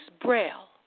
Braille